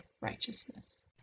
righteousness